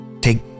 Take